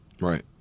right